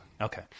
Okay